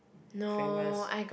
famous